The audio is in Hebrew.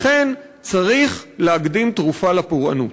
לכן, צריך להקדים תרופה לפורענות.